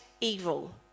evil